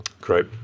Great